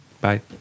Bye